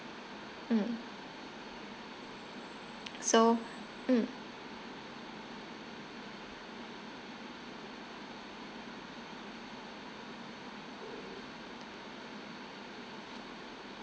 mm so mm